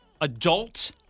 adult